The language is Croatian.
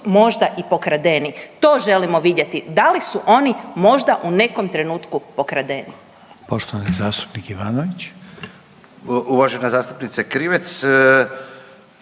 možda i pokradeni. To želimo vidjeti, da lis su oni možda u nekom trenutku pokradeni.